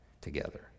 together